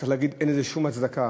צריך להגיד שאין לזה שום הצדקה.